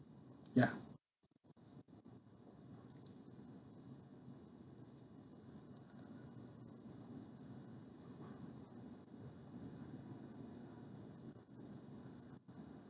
ya